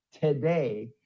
today